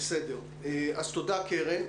אז תודה, קרן.